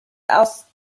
aus